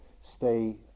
stay